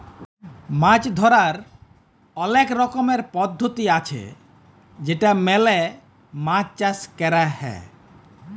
মাছ ধরার অলেক রকমের পদ্ধতি আছে যেটা মেলে মাছ চাষ ক্যর হ্যয়